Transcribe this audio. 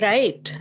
Right